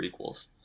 prequels